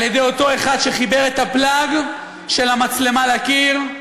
על-ידי אותו אחד שחיבר את הפלאג של המצלמה לקיר,